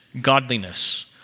godliness